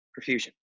perfusion